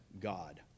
God